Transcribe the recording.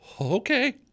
Okay